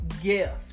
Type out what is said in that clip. gift